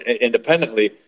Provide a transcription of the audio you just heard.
independently